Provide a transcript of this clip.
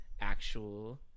actual